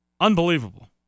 Unbelievable